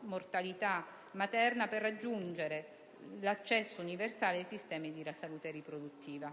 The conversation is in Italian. mortalità materna, per raggiungere l'accesso universale ai sistemi di salute riproduttiva.